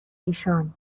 ایشان